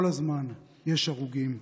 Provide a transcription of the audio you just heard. כל הזמן יש הרוגים,